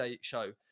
show